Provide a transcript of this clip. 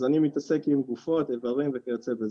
אז אני מתעסק עם גופות איברים וכיוצא בזאת.